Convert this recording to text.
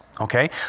Okay